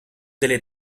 delle